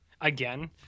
Again